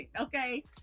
okay